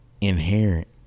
inherent